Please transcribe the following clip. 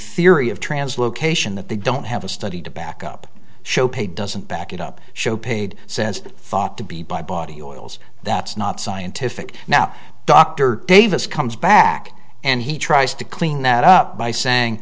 theory of translocation that they don't have a study to back up shope a doesn't back it up show paid says thought to be by body oils that's not scientific now dr davis comes back and he tries to clean that up by